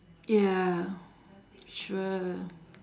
yeah sure